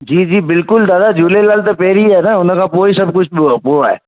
जी जी बिल्कुलु दादा झूलेलाल त पहिरीं आहे न हुनखां पोइ सभु कुझु पोइ पोइ आहे